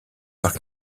parcs